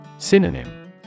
Synonym